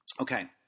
Okay